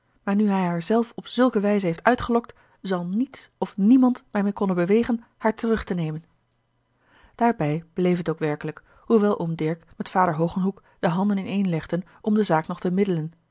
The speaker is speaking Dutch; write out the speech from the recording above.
maar nu hij haar zelf op zulke wijze heeft uitgelokt zal niets of niemand mij meer konnen bewegen haar terug te nemen daarbij bleef het ook werkelijk hoewel oom dirk met vader hogenhoeck de handen ineenlegden om de zaak nog te middelen